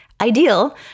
ideal